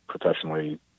professionally